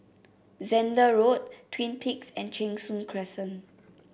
Zehnder Road Twin Peaks and Cheng Soon Crescent